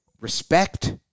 respect